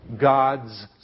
God's